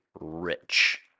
rich